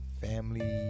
family